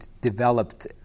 developed